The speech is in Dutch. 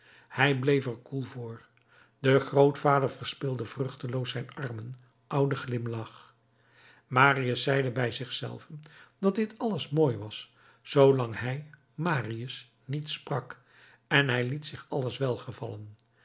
hij bleef er koel voor de grootvader verspilde vruchteloos zijn armen ouden glimlach marius zeide bij zich zelven dat dit alles mooi was zoolang hij marius niet sprak en hij liet zich alles welgevallen